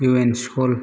U N school